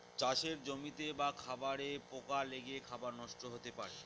চাষের জমিতে বা খাবারে পোকা লেগে খাবার নষ্ট হতে পারে